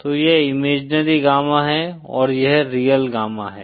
तो यह imaginary gamma है और यह रियल गामा है